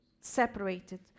separated